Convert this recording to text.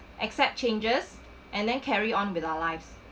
accept changes and then carry on with our lives